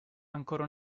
ancora